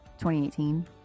2018